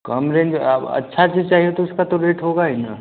कम range अब अच्छी चीज़ चाहिए तो उसका तो रेट होगा ही ना